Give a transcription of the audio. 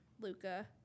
Luca